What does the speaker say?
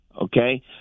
Okay